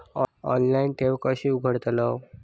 Online ठेव कशी उघडतलाव?